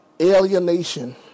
alienation